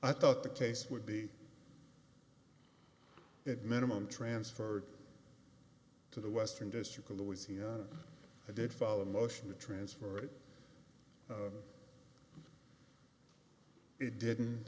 i thought the case would be at minimum transferred to the western district of louisiana i did follow a motion to transfer it didn't i didn't